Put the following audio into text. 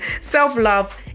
self-love